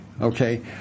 okay